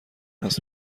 است